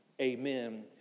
Amen